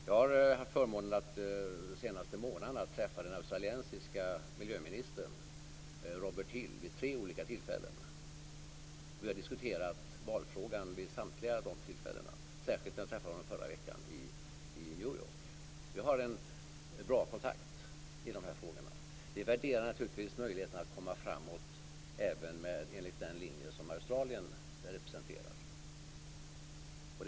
Jag har haft förmånen att de senaste månaderna träffa den australiensiske miljöministern, Robert Hill, vid tre olika tillfällen. Vi har diskuterat valfrågan vid samtliga de tillfällena, särskilt när jag träffade honom förra veckan i New York. Vi har en bra kontakt i de här frågorna. Vi värderar naturligtvis möjligheten att komma framåt även enligt den linje som Australien representerar.